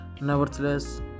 nevertheless